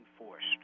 enforced